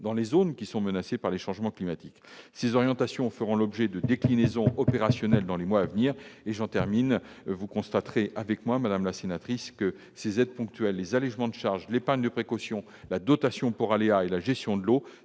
dans les zones qui sont menacés par les changements climatiques, ces orientations feront l'objet de déclinaison opérationnelle dans les mois à venir, et j'en termine, vous constaterez avec moi madame la sénatrice que ces aides ponctuelles, les allégements de charges, l'épargne de précaution, la dotation pour aléas et la gestion de l'eau,